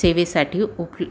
सेवेसाठी उपल